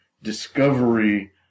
Discovery